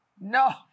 No